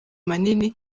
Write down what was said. manini